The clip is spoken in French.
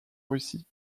russie